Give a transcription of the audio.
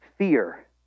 Fear